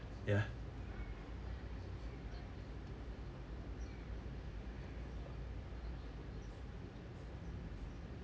ya